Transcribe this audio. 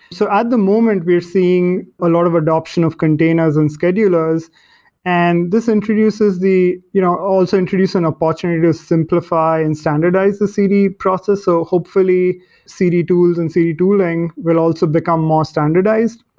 so at the moment, we're seeing a lot of adoption of containers and schedulers and this introduces the you know also introduce an opportunity to simplify and standardize the cd process, so hopefully cd tools and cd tooling will also become more standardized.